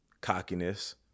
cockiness